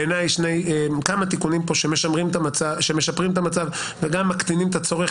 בעיניי כמה תיקונים שמשפרים את המצב וגם מקטינים את הצורך